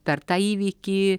per tą įvykį